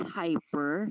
hyper